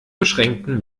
beschränkten